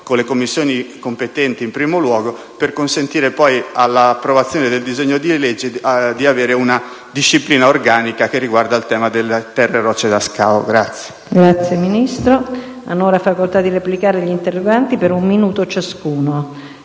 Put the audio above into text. con le Commissioni competenti, per consentire poi, all'approvazione del disegno di legge, di avere una disciplina organica che riguarda il tema delle terre e rocce da scavo. PRESIDENTE. Hanno adesso facoltà di replicare gli interroganti, per un minuto ciascuno.